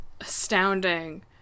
astounding